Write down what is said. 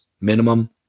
minimum